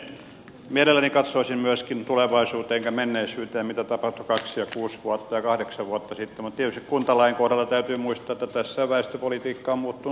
mielelläni katsoisin myöskin tulevaisuuteen enkä menneisyyteen mitä tapahtui kaksi ja kuusi ja kahdeksan vuotta sitten mutta tietysti kuntalain kohdalla täytyy muistaa että tässä väestöpolitiikka on muuttunut kuntapolitiikaksi